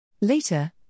Later